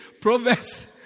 Proverbs